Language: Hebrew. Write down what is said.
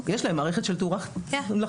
יש להם מערכת של תאורה מלאכותית.